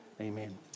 Amen